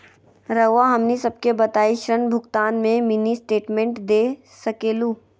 रहुआ हमनी सबके बताइं ऋण भुगतान में मिनी स्टेटमेंट दे सकेलू?